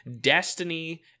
Destiny